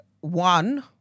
one